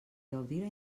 gaudira